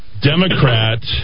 democrat